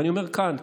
ואני אומר כאן,